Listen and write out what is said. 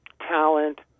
talent